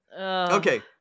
Okay